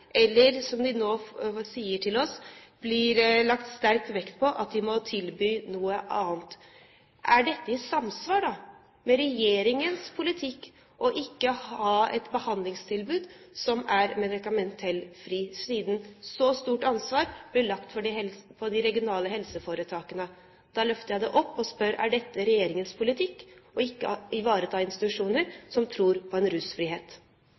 eller – som de nå sier til oss – fordi det blir lagt sterk vekt på at de må tilby noe annet. Er det da i samsvar med regjeringens politikk ikke å ha et behandlingstilbud som er medikamentfritt, siden et så stort ansvar blir lagt på de regionale helseforetakene? Da løfter jeg det opp, og spør: Er det regjeringens politikk ikke å ivareta institusjoner som tror på rusfrihet? Dette er en